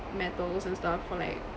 metals and stuff like